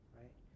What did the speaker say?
right